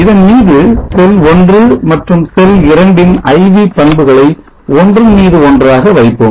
இதன்மீது cell 1 மற்றும் cell 2 ன் IV பண்புகளை ஒன்றன் மீது ஒன்றாக வைப்போம்